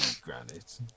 Granite